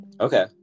okay